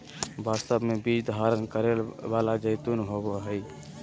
वास्तव में बीज धारण करै वाला जैतून होबो हइ